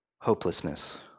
hopelessness